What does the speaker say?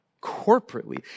corporately